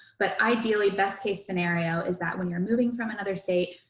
but ideally best case scenario is that when you're moving from another state,